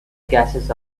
gases